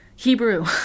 Hebrew